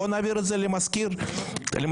בוא נעביר את זה למזכיר הממשלה,